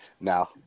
Now